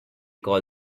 call